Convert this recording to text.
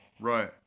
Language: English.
Right